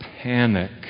panic